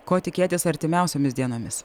ko tikėtis artimiausiomis dienomis